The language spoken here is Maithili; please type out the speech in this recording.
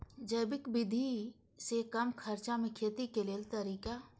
जैविक विधि से कम खर्चा में खेती के लेल तरीका?